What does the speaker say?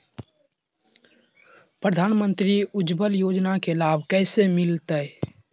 प्रधानमंत्री उज्वला योजना के लाभ कैसे मैलतैय?